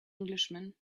englishman